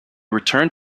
returned